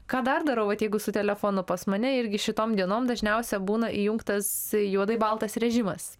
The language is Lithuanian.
ką dar darau vat jeigu su telefonu pas mane irgi šitom dienom dažniausia būna įjungtas juodai baltas režimas